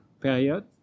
period